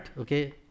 okay